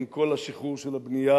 עם כל השחרור של הבנייה,